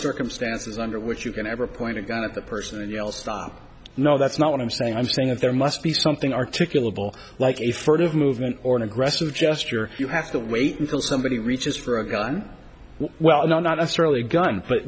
circumstances under which you can ever point a gun at the person and yell stop no that's not what i'm saying i'm saying that there must be something articulable like a furtive movement or an aggressive gesture you have to wait until somebody reaches for a gun well not necessarily a gun but